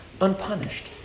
unpunished